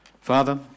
Father